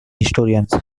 historians